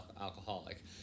alcoholic